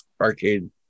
arcade